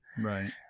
right